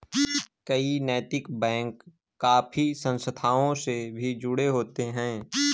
कई नैतिक बैंक काफी संस्थाओं से भी जुड़े होते हैं